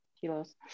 kilos